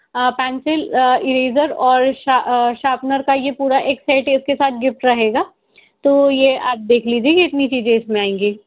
pencil eraser और sharpener का ये पूरा एक सेट इसके साथ गिफ़्ट रहेगा तो ये आप देख लीजिए ये इतनी चीज़ें इस में आएँगी